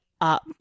up